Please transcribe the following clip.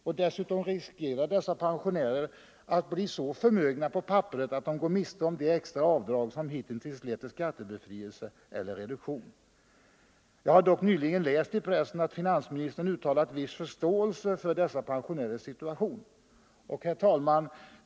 Och dessutom riskerar dessa pensionärer att bli så förmögna på papperet att de går miste om de extra avdrag som hittills lett till skattebefrielse eller skattereduktion. Jag har dock nyligen läst i pressen att finansministern uttalat viss förståelse för dessa pensionärers situation. Herr talman!